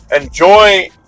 Enjoy